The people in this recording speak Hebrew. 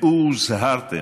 ראו הוזהרתם.